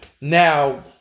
Now